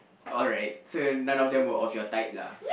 alright so none of them were of your type lah